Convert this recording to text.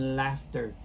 laughter